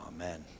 Amen